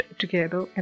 together